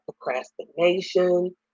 procrastination